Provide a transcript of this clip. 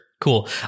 Cool